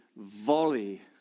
volley